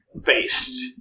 based